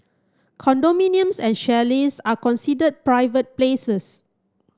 condominiums and chalets are considered private places